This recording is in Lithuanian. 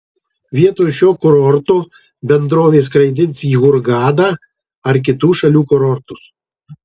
vietoj šio kurorto bendrovė skraidins į hurgadą ar kitų šalių kurortus